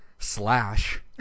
slash